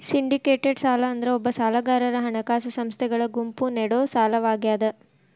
syndicated ಸಾಲ ಅಂದ್ರ ಒಬ್ಬ ಸಾಲಗಾರಗ ಹಣಕಾಸ ಸಂಸ್ಥೆಗಳ ಗುಂಪು ನೇಡೊ ಸಾಲವಾಗ್ಯಾದ